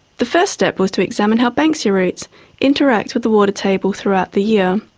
the first step was to examine how banksia roots interacted with the water table throughout the year.